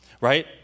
right